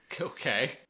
Okay